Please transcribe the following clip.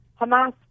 Hamas